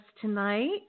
tonight